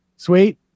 Sweet